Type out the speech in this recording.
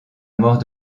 mort